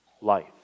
life